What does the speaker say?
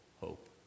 hope